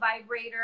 vibrator